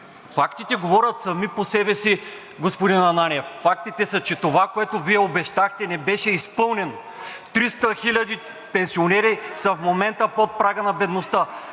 Фактите говорят сами по себе си, господин Ананиев. Фактите са, че това, което Вие обещахте, не беше изпълнено – 300 хиляди пенсионери в момента са под прага на бедността,